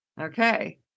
Okay